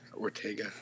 Ortega